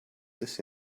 this